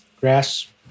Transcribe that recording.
grass